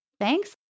Thanks